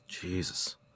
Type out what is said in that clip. Jesus